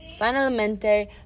Finalmente